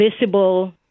visible